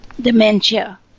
dementia